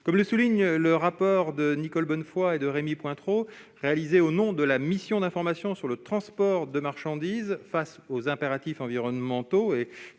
Comme le souligne le rapport sénatorial de Nicole Bonnefoy et Rémy Pointereau, réalisé au nom de la mission d'information relative au transport de marchandises face aux impératifs environnementaux